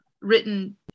written